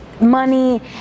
money